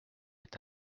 est